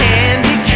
Candy